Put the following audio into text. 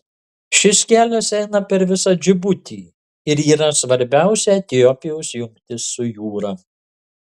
šis kelias eina per visą džibutį ir yra svarbiausia etiopijos jungtis su jūra